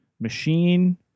machine